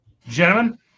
Gentlemen